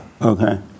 okay